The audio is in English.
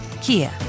Kia